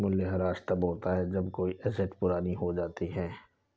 मूल्यह्रास तब होता है जब कोई एसेट पुरानी हो जाती है